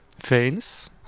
veins